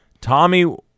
Tommy